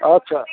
अच्छा